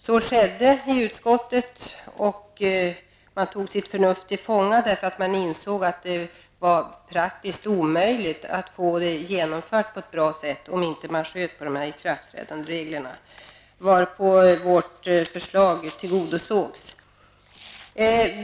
Så skedde och utskottet tog sitt förnuft till fånga, eftersom man insåg att det var praktiskt omöjligt att få detta genomfört på ett bra sätt om man inte sköt upp ikraftträdandet av dessa regler. Därigenom tillgodosågs vårt förslag.